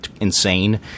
insane